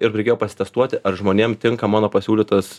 ir reikėjo pasitestuoti ar žmonėm tinka mano pasiūlytas